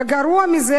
וגרוע מזה,